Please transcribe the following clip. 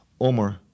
Omar